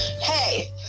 Hey